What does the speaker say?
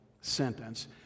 sentence